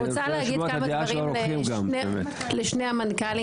אני רוצה לומר משהו לשני המנכ"לים.